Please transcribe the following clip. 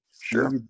Sure